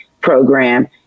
program